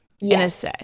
Yes